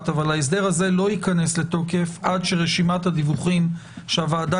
אבל ההסדר הזה לא ייכנס לתוקף עד שרשימת הדיווחים שהוועדה